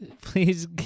Please